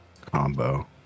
combo